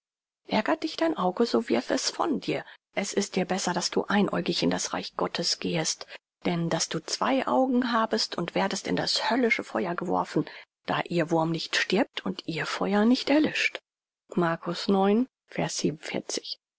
ärgert dich dein auge so wirf es von dir es ist dir besser daß du einäugig in das reich gottes gehest denn daß du zwei augen habest und werdest in das höllische feuer geworfen da ihr wurm nicht stirbt und ihr feuer nicht erlischt